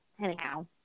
Anyhow